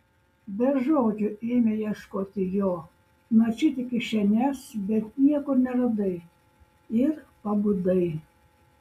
be žodžių ėmei ieškoti jo naršyti kišenes bet niekur neradai ir pabudai